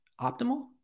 optimal